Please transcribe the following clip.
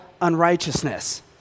unrighteousness